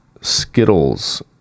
Skittles